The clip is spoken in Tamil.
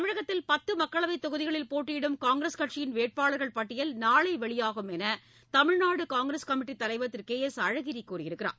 தமிழகத்தில் பத்து மக்களவைத் தொகுதிகளில் போட்டியிடும் காங்கிரஸ் கட்சியின் வேட்பாளர்கள் பட்டியல் நாளை வெளியாகும் என்று தமிழ்நாடு காங்கிரஸ் கமிட்டித்தலைவர் திரு கே எஸ் அழகிரி கூறியிருக்கிறார்